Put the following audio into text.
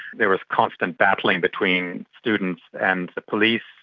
there was constant battling between students and the police,